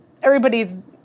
Everybody's